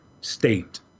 state